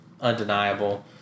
Undeniable